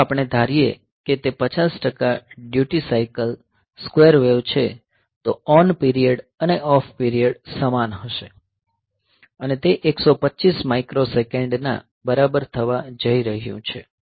જો આપણે ધારીએ કે તે 50 ટકા ડ્યુટી સાયકલ સ્ક્વેર વેવ છે તો ઓન પીરિયડ અને ઓફ પીરિયડ સમાન હશે અને તે 125 માઇક્રોસેકન્ડના બરાબર થવા જઈ રહ્યું છે